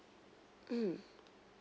mm